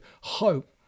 hope